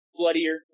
bloodier